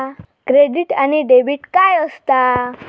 Credit आणि debit काय असता?